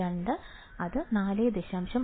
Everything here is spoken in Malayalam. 702 അല്ലെങ്കിൽ അത് 4